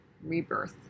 rebirth